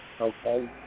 okay